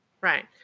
Right